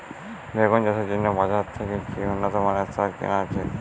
বেগুন চাষের জন্য বাজার থেকে কি উন্নত মানের সার কিনা উচিৎ?